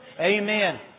Amen